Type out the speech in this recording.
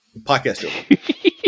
Podcast